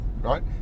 right